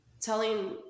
telling